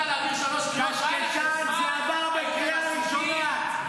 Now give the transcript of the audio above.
זה עבר בקריאה ראשונה,